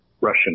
Russian